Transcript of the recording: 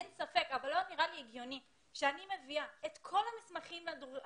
אין ספק אבל לא נראה לי הגיוני שאני מביאה את כל המסמכים הדרושים,